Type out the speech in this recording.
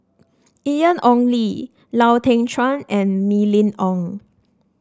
Ian Ong Li Lau Teng Chuan and Mylene Ong